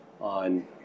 on